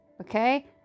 Okay